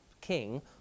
king